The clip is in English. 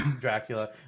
Dracula